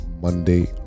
Monday